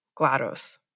GLaDOS